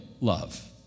love